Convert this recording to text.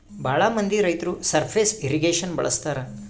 ಭಾಳ ಮಂದಿ ರೈತರು ಸರ್ಫೇಸ್ ಇರ್ರಿಗೇಷನ್ ಬಳಸ್ತರ